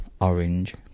orange